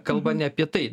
kalba ne apie tai